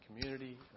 community